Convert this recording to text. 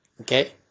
Okay